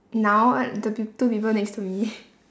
now the peop~ two people next to me